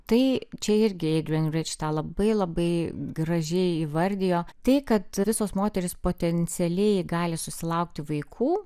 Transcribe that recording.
tai čia irgi eidžen rič labai labai gražiai įvardijo tai kad visos moterys potencialiai gali susilaukti vaikų